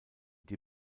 die